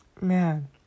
man